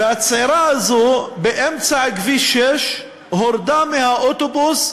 והצעירה הזאת, באמצע כביש 6, הורדה מהאוטובוס,